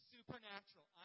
Supernatural